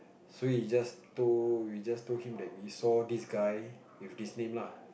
so we just told we just told him that we saw this guy with this name lah